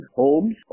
homes